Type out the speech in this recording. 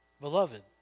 beloved